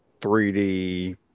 3D